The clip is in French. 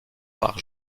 par